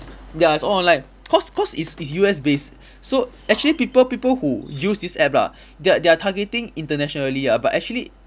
ya it's all online cause cause it's U_S based so actually people people who use this app lah they are they are targeting internationally lah but actually